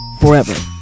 forever